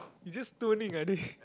you just stoning I think